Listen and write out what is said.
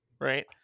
right